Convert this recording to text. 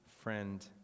Friend